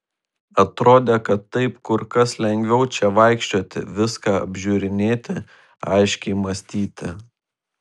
atrodė kad taip kur kas lengviau čia vaikščioti viską apžiūrinėti aiškiai mąstyti